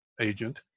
agent